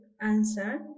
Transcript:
answer